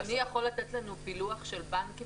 אדוני יכול לתת לנו פילוח של בנקים